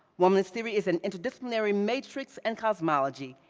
womanist theory is an interdisciplinary matrix and cosmology,